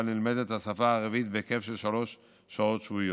שבה נלמדת השפה הערבית בהיקף של שלוש שעות שבועיות.